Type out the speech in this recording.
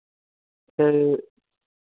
sir